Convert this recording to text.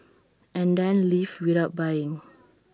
and then leave without buying